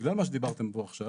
בגלל מה שדיברתם פה עכשיו,